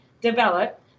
develop